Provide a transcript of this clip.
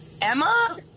Emma